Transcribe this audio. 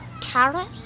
carrot